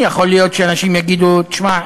יכול להיות שאנשים יגידו: תשמע,